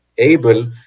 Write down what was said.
able